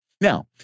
Now